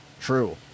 true